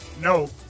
No